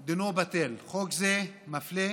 סמוך ובטוח שבתפקידך